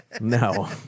No